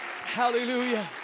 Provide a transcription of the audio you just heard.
Hallelujah